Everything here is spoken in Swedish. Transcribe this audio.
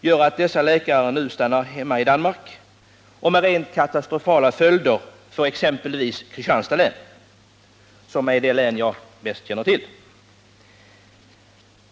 gör att dessa läkare nu stannar hemma i Danmark, vilket får rent katastrofala följder för exempelvis Kristianstads län, som är det län jag bäst känner till.